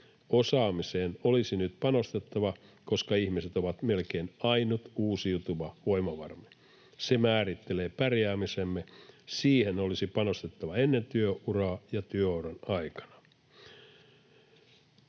Osaamiseen olisi nyt panostettava, koska ihmiset ovat melkein ainut uusiutuva voimavaramme. Se määrittelee pärjäämisemme, siihen olisi panostettava ennen työuraa ja työuran aikana.